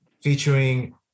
featuring